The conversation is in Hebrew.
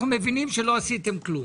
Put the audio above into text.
ואנחנו חושבים שהתוכנית שהבאנו לשולחן,